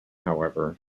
however